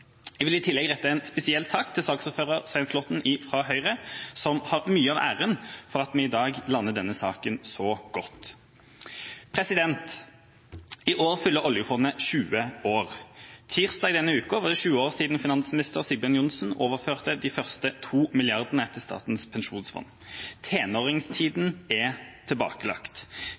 Jeg vil rette en spesiell takk til saksordfører Svein Flåtten fra Høyre, som har mye av æren for at vi i dag lander denne saken så godt. I år fyller oljefondet 20 år. Tirsdag denne uka var det 20 år siden finansminister Sigbjørn Johnsen overførte de første to milliardene til Statens pensjonsfond. Tenåringstiden er tilbakelagt.